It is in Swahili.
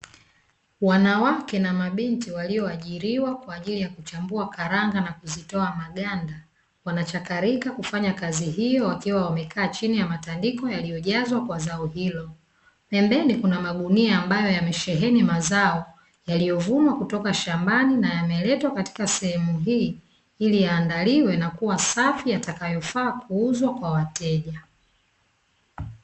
Wanawake na mabinti walio ajiriwa kwa ajili ya kuchambua karanga na kuzitoa maganda, wanachakarika kufanya kazi hiyo, wakiwa wamekaa chini ya matandiko yakiyojazwa kwa zao hilo, pembeni kuna magunia ambayo yamesheheni mazao yaliyovunwa kutoka shambani na yameletwa katika sehemu hii ili yaandaliwe na kuwa safi yatakayofaa kuuzwa kwa wateja.